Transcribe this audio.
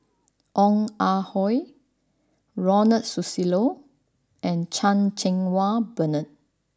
Ong Ah Hoi Ronald Susilo and Chan Cheng Wah Bernard